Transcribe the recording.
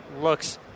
looks